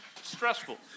stressful